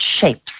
shapes